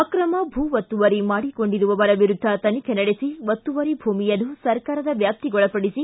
ಅಕ್ರಮ ಭೂ ಒತ್ತುವರಿ ಮಾಡಿಕೊಂಡಿರುವವರ ವಿರುದ್ಧ ತನಿಖೆ ನಡೆಸಿ ಒತ್ತುವರಿ ಭೂಮಿಯನ್ನು ಸರ್ಕಾರದ ವ್ಲಾಪ್ತಿಗೊಳಪಡಿು